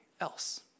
else